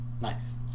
Nice